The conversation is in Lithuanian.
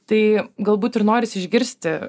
tai galbūt ir norisi išgirsti